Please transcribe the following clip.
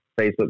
Facebook